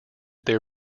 their